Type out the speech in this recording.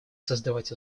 создавать